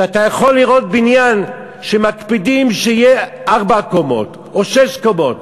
שאתה יכול לראות בניין שמקפידים שיהיה ארבע קומות או שש קומות,